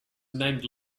named